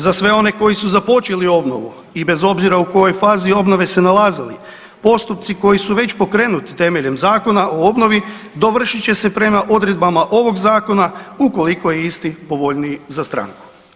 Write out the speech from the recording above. Za sve one koji su započeli obnovu i bez obzira u kojoj fazi obnove se nalazili, postupci koji su već pokrenuti temeljem Zakona o obnovi dovršit će se prema odredbama ovog zakona ukoliko je isti povoljniji za stranku.